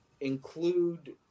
include